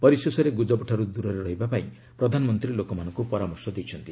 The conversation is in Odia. ପରିଶେଷରେ ଗୁଜବଠାରୁ ଦୂରରେ ରହିବା ପାଇଁ ପ୍ରଧାନମନ୍ତ୍ରୀ ଲୋକମାନଙ୍କୁ ପରାମର୍ଶ ଦେଇଛନ୍ତି